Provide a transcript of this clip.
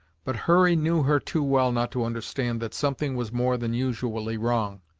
but hurry knew her too well not to understand that something was more than usually wrong.